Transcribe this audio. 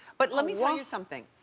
but let me tell you something,